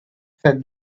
said